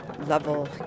level